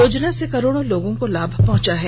योजना से करोड़ों लोगों को लाभ पहुंचा है